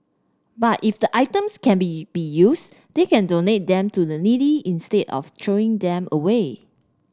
but if the items can be be used they can donate them to the needy instead of throwing them away